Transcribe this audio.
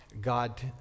God